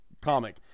comic